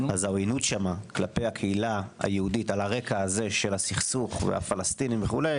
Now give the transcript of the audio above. העוינות שם כלפי הקהילה היהודית על הרקע של הסכסוך והפלסטינים וכו',